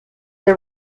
the